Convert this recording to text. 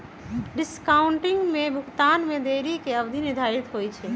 discounting में भुगतान में देरी के अवधि निर्धारित होइ छइ